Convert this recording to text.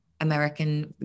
American